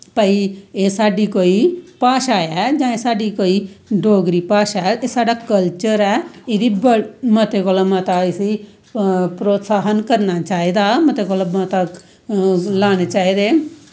भाई एह् साढ़ी कोई भाशा ऐ जां साढ़ी कोई डोगरी भाशा ऐ साढ़ा कल्चर ऐ एह्दा मते कोला मता इसी प्रोत्हसाहन करना चाही दा मते कोला मता लाने चाही दे